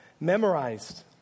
memorized